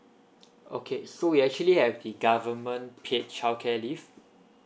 okay so we actually have the government paid childcare leave